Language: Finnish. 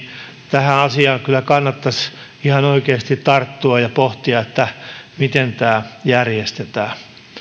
johon kyllä kannattaisi ihan oikeasti tarttua ja pohtia miten tämä järjestetään